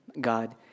God